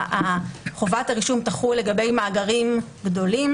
שחובת הרישום תחול לגבי מאגרים גדולים